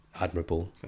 admirable